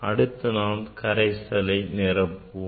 அடுத்து நாம் கரைசலை நிரப்புவோம்